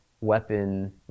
weapon